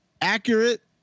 accurate